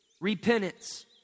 Repentance